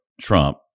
Trump